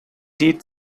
did